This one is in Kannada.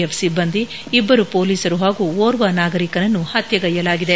ಎಫ್ ಸಿಬ್ಬಂದಿ ಇಬ್ಬರು ಪೊಲೀಸರು ಹಾಗೂ ಓರ್ವ ನಾಗರೀಕನನ್ನು ಹತ್ಯೆಗೈಯಲಾಗಿದೆ